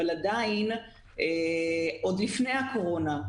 אבל עדיין עוד לפני הקורונה,